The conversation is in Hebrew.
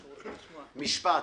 משפט,